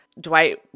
Dwight